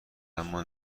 اما